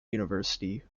university